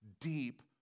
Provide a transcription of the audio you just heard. deep